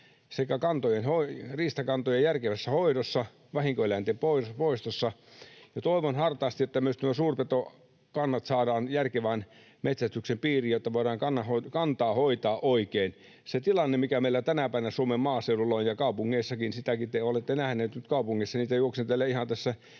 riistakantojen järkevässä hoidossa, vahinkoeläinten poistossa. Toivon hartaasti, että myös suurpetokannat saadaan järkevän metsästyksen piiriin, jotta voidaan kantaa hoitaa oikein. Se tilanne, mikä meillä tänäpänä Suomen maaseudulla on... Ja kaupungeissakin: sitäkin te olette nähneet, nyt kaupungissa niitä juoksentelee, ihan tässä